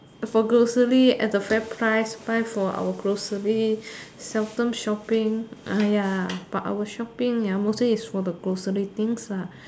for grocery at the Fairprice buy for our grocery seldom shopping ah ya but our shopping ya mostly is for the grocery things lah